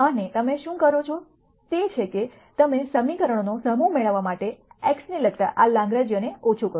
અને તમે શું કરો છો તે છે કે તમે સમીકરણોનો સમૂહ મેળવવા માટે x ને લગતા આ લેંગરેંજિયનને ઓછું કરો